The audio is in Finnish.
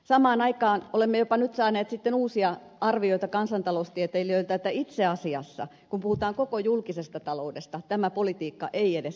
samaan aikaan olemme nyt saaneet jopa uusia arvioita kansantaloustieteilijöiltä itse asiassa kun puhutaan koko julkisesta taloudesta tämä politiikka ei edes käytännössä elvytä